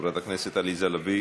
חברת הכנסת עליזה לביא,